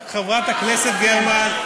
חברת הכנסת גרמן,